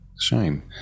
shame